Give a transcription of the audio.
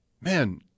man